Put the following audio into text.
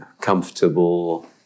comfortable